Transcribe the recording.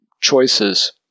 choices